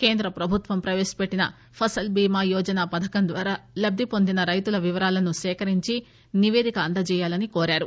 కేంద్ర ప్రభుత్వం ప్రవేశపెట్లిన ఫసల్ బీమా యోజన పథకం ద్వారా లబ్ది పొందిన రైతుల వివరాలను సేకరించి నివేదిక అందజేయాలని కోరారు